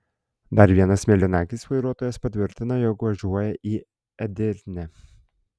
dar vienas mėlynakis vairuotojas patvirtina jog važiuoja į edirnę